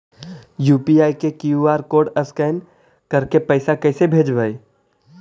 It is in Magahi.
यु.पी.आई के कियु.आर कोड स्कैन करके पैसा कैसे भेजबइ?